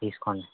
తీసుకోండి